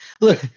Look